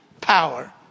power